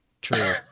true